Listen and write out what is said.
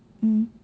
mm